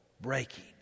breaking